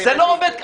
זה לא עובד ככה.